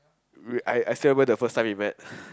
re~ I still remember the first time we met